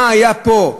מה היה פה,